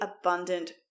abundant